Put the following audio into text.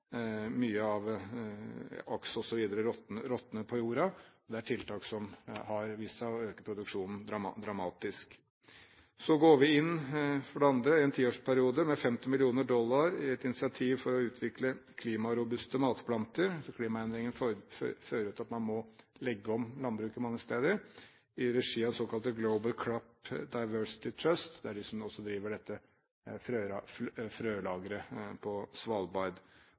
mye av aks osv. råtne på jorda. Det er tiltak som har vist seg å øke produksjonen dramatisk. For det andre: Så går vi i en tiårsperiode inn med 50 mill. dollar – et initiativ for å utvikle klimarobuste matplanter. Klimaendringene fører til at man må legge om landbruket mange steder, og i regi av det såkalte Global Crop Diversity Trust – det er de som også driver dette frølageret på Svalbard